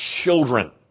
children